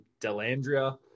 Delandria